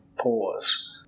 pause